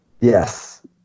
Yes